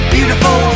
Beautiful